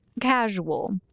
casual